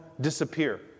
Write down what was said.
disappear